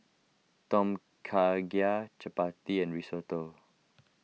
Tom Kha Gai Chapati and Risotto